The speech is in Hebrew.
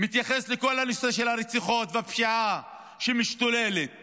מתייחס לכל נושא הרציחות והפשיעה שמשתוללת